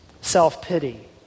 self-pity